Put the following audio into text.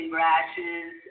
rashes